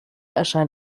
erscheint